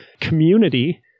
community